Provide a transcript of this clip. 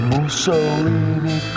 Mussolini